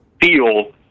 feel